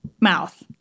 mouth